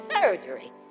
surgery